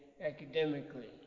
academically